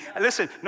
Listen